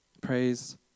Praise